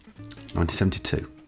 1972